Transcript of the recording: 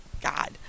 god